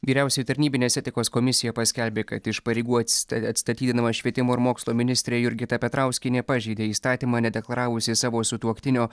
vyriausioji tarnybinės etikos komisija paskelbė kad iš pareigų ats atstatydinama švietimo ir mokslo ministrė jurgita petrauskienė pažeidė įstatymą nedeklaravusi savo sutuoktinio